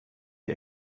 die